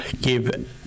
give